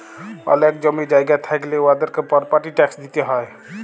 অলেক জমি জায়গা থ্যাইকলে উয়াদেরকে পরপার্টি ট্যাক্স দিতে হ্যয়